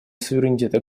суверенитета